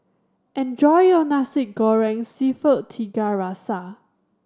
enjoy your Nasi Goreng Seafood Tiga Rasa